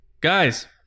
Guys